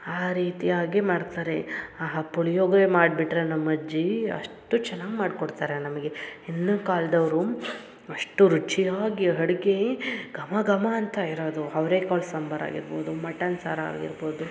ಆ ರೀತಿಯಾಗಿ ಮಾಡ್ತಾರೆ ಆಹ ಪುಳಿಯೋಗರೆ ಮಾಡ್ಬಿಟ್ಟರೆ ನಮ್ಮ ಅಜ್ಜಿ ಅಷ್ಟು ಚೆನ್ನಾಗಿ ಮಾಡ್ಕೊಡ್ತಾರೆ ನಮಗೆ ಹಿಂದಿನ ಕಾಲ್ದವರು ಅಷ್ಟು ರುಚಿಯಾಗಿ ಅಡ್ಗೆ ಘಮಘಮ ಅಂತ ಇರೋದು ಅವ್ರೆ ಕಾಳು ಸಾಂಬಾರು ಆಗಿರ್ಬೋದು ಮಟನ್ ಸಾರು ಆಗಿರ್ಬೋದು